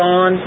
on